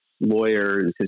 lawyers